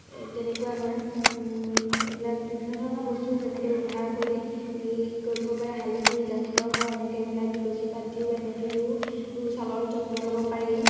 তেনেকুৱা হয় এইবিলাক বিভিন্ন ধৰণৰ বস্তু তেনেকৈ ব্যৱহাৰ কৰি কৰিব পাৰে হালধি গাখীৰৰ সৰ সেনেকৈ মিলাই তুলসী পাত দিও এনেকেও ছালৰ যত্ন ল'ব পাৰি